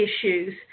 issues